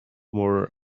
more